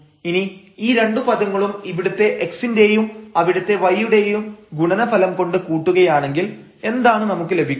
ഇനി ഈ രണ്ടു പദങ്ങളും ഇവിടുത്തെ x ന്റെയും അവിടുത്തെ y യുടെയും ഗുണനഫലം കൊണ്ട് കൂട്ടുകയാണെങ്കിൽ എന്താണ് നമുക്ക് ലഭിക്കുക